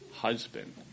husband